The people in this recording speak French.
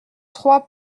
trois